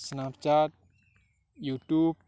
snap chaat you tube